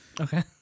Okay